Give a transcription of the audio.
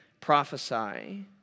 prophesy